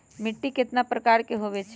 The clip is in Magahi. मिट्टी कतना प्रकार के होवैछे?